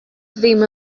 ddim